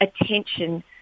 attention